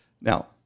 Now